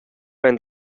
end